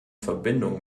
verbindung